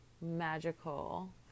magical